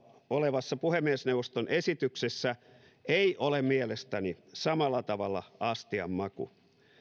olevassa puhemiesneuvoston esityksessä ei ole mielestäni samalla tavalla astian maku